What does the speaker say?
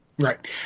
Right